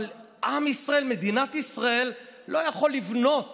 אבל עם ישראל, מדינת ישראל, לא יכול לבנות